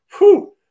Whoo